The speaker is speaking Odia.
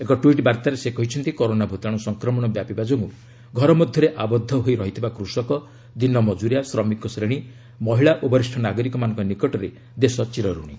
ଏକ ଟ୍ୱିଟ୍ ବାର୍ଭାରେ ସେ କହିଛନ୍ତି କରୋନା ଭୂତାଣୁ ସଂକ୍ରମଣ ବ୍ୟାପିବା ଯୋଗୁଁ ଘର ମଧ୍ୟରେ ଆବଦ୍ଧ ହୋଇ ରହିଥିବା କୃଷକ ଦିନମକୁରିଆ ଶ୍ରମିକ ଶ୍ରେଣୀ ମହିଳା ଓ ବରିଷ ନାଗରିକମାନଙ୍କ ନିକଟରେ ଦେଶ ଚିରଋଣୀ